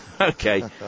Okay